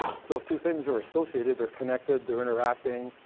so if two things are associated, they're connected, they're interacting,